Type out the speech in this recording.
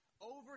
over